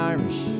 Irish